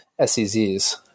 SEZs